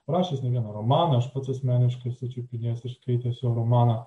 parašęs ne vieną romaną aš pats asmeniškai esu sučiupinėjęs ir skaitęs jo romaną